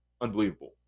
Unbelievable